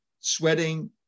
sweating